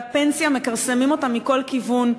הפנסיה, מכרסמים אותה מכל כיוון.